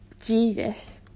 Jesus